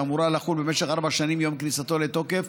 ואמורה לחול במשך ארבע שנים מיום כניסתו לתוקף,